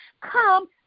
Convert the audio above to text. come